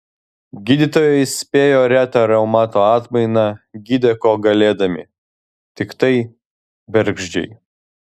gydytojai spėjo retą reumato atmainą gydė kuo galėdami tiktai bergždžiai